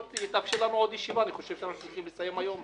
אני חושב שאנחנו צריכים לסיים היום,